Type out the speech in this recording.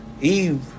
Eve